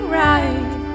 right